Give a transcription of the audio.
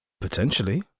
Potentially